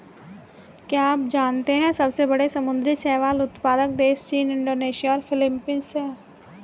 क्या आप जानते है सबसे बड़े समुद्री शैवाल उत्पादक देश चीन, इंडोनेशिया और फिलीपींस हैं?